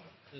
til Norge.